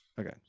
Okay